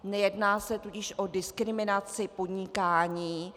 Nejedná se tudíž o diskriminaci podnikání.